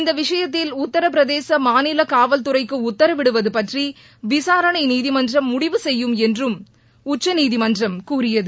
இந்த விஷயத்தில் உத்தரப் பிரதேச மாநில காவல்துறைக்கு உத்தரவிடுவது பற்றி விசாரணை நீதிமன்றம் முடிவு செய்யும் என்று உச்சநீதிமன்றம் கூறியது